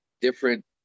different